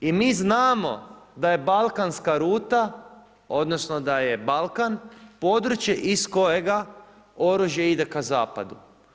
I mi znamo da je balkanska ruta odnosno da je Balkan područje iz kojega oružje ide k zapadu.